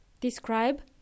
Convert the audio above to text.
Describe